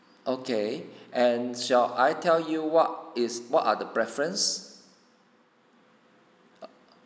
okay and shall I tell you what is what are the preference